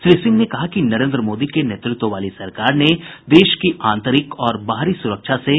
श्री सिंह ने कहा कि नरेन्द्र मोदी के नेतृत्व वाली सरकार ने देश की आंतरिक और बाहरी सुरक्षा से समझौता नहीं किया